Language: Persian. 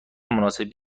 مناسبی